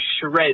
shreds